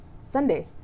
Sunday